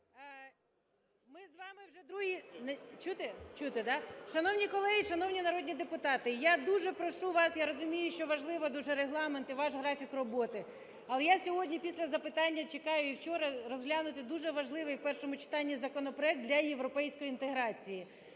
ми з вами вже… Чути? Чути, да? Шановні колеги, шановні народні депутати, я дуже прошу вас, я розумію, що важливо дуже Регламент і ваш графік роботи, але я сьогодні після запитання чекаю, і вчора, розглянути дуже важливий в першому читанні законопроект для європейської інтеграції.